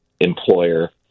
employer